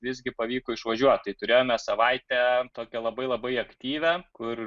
visgi pavyko išvažiuot tai turėjome savaitę tokią labai labai aktyvią kur